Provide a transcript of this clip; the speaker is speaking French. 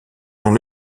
dans